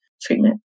treatment